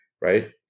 right